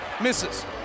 misses